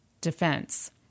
Defense